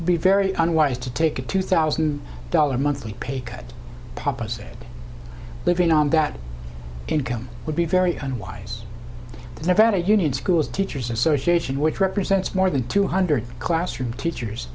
unwise to take a two thousand dollars monthly pay cut papa said living on that income would be very unwise never had a union schools teachers association which represents more than two hundred classroom teachers